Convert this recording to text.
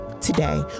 today